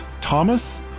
Thomas